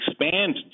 expand